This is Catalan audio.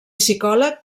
psicòleg